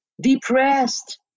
depressed